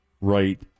right